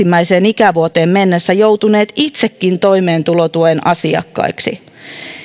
ikävuoteen mennessä joutuneet itsekin toimeentulotuen asiakkaiksi